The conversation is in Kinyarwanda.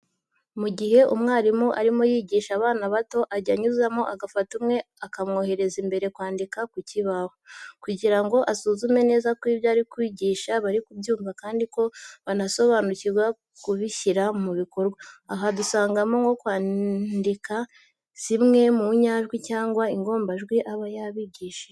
Mu gihe umwarimu arimo yigisha abana bato ajya anyuzamo agafata umwe akamwohereza imbere kwandika ku kibaho, kugira ngo asuzume neza ko ibyo ari kubigisha bari kubyumva kandi ko banashobora kubishyira mubikorwa. Aha dusangamo nko kwandinka z'imwe mu nyajwi cyangwa ingombajwi aba yabigishije.